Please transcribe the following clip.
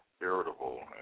irritable